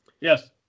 Yes